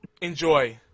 Enjoy